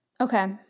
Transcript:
Okay